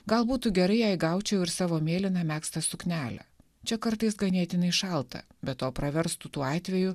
gal būtų gerai jei gaučiau ir savo mėlyną megztą suknelę čia kartais ganėtinai šalta be to praverstų tuo atveju